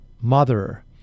mother